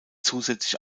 zusätzlich